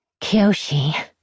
Kiyoshi